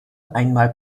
einmal